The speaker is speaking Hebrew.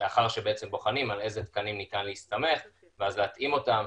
לאחר שבוחנים על איזה תקנים ניתן להסתמך ואז להתאים אותם,